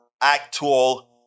actual